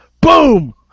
Boom